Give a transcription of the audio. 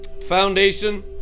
Foundation